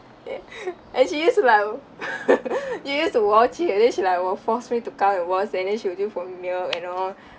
ya and she used to like she used to watch it and then she like will force me to come and watch and then she'll drink for me milk and all